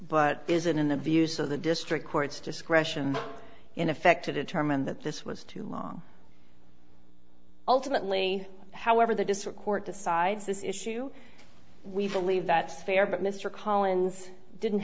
but isn't in the views of the district court's discretion in effect to determine that this was too long ultimately however the district court decides this issue we believe that's fair but mr collins didn't